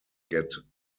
get